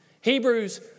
Hebrews